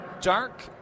dark